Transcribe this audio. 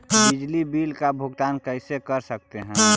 बिजली बिल का भुगतान कैसे कर सकते है?